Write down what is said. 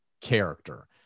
character